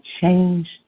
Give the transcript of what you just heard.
change